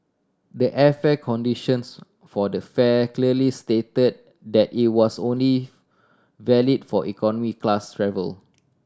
the airfare conditions for the fare clearly stated that it was only valid for economy class travel